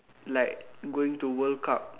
like going to world cup